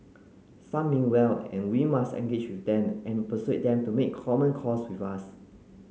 some mean well and we must engage with them and persuade them to make common cause with us